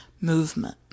movement